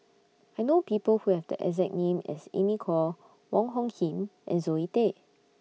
I know People Who Have The exact name as Amy Khor Wong Hung Khim and Zoe Tay